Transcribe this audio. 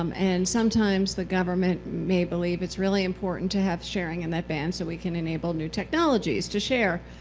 um and sometimes the government may believe it's really important to have sharing in that band so we can enable new technologies to share.